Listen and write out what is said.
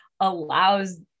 Allows